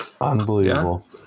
Unbelievable